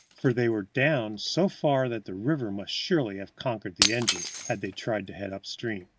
for they were down so far that the river must surely have conquered the engines had they tried to head up-stream.